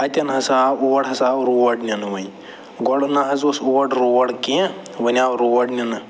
اَتٮ۪ن ہسا آو اور ہسا آو روڈ نِنہٕ وۄنۍ گۄڈٕ نہ حظ اوس اور روڈ کیٚنہہ وۄنۍ آو روڈ نِنہٕ